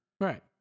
Right